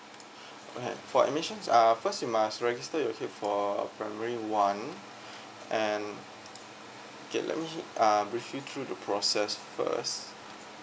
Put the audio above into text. alright for admissions are first you must register your kid for primary one and okay let me um brief you through the process first